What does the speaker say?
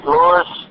Louis